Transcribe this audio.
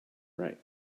right